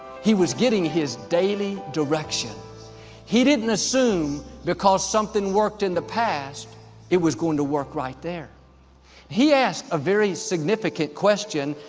he was getting his daily direction he didn't assume because something worked in the past it was going to work right there he asked a very significant question.